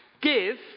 Give